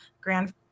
grand